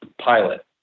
pilot